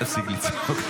איך אתם לא מתביישים?